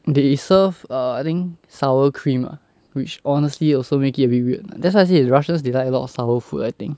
they serve err I think sour cream ah which honestly also make it a bit weird that's why I say russians they like a lot of sour food I think